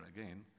again